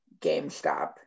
GameStop